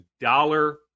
dollar